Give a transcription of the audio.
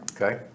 okay